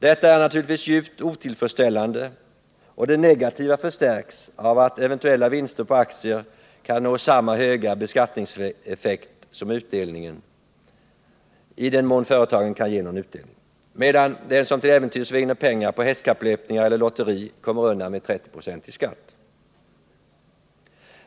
Detta är naturligtvis djupt otillfredsställande, och det negativa förstärks av att eventuella vinster på aktier kan nå samma höga beskattningseffekt som utdelningen, i den mån företagen kan ge någon utdelning, medan den som till äventyrs vinner pengar på hästkapplöpningar eller lotteri kommer undan med 30 96 i skatt.